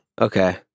Okay